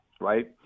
Right